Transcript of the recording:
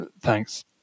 Thanks